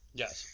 yes